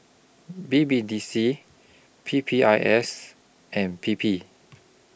B B D C P P I S and P P